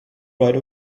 right